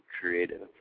creative